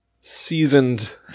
seasoned